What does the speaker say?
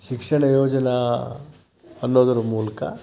ಶಿಕ್ಷಣ ಯೋಜನ ಅನ್ನೋದರ ಮೂಲಕ